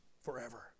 forever